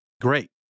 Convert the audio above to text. Great